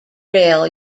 rail